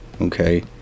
okay